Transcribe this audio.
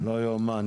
לא יאומן.